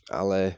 ale